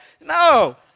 no